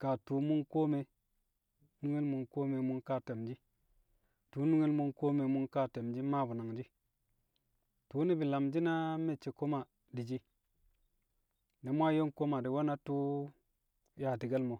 kaa tṵṵ mu̱ nkuwom e, nungel mo̱ nkuwom e nkaa te̱mshi̱. Tu̱u̱ nungel mo̱ nkuwo de nkaa te̱m shi̱, maba bu̱ nangshi̱. Tṵṵ ni̱bi̱ lamshi̱ na mẹccẹ koma di̱ shi̱, na mu̱ a yang koma wẹ na tṵṵ yaati̱ke̱l mo̱